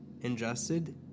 ingested